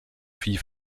vieh